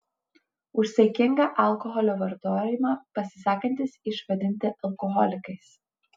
už saikingą alkoholio vartojimą pasisakantys išvadinti alkoholikais